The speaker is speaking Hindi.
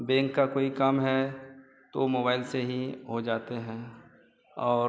बेंक का कोई काम है तो मोबाइल से हो जाता है और